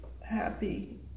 happy